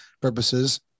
purposes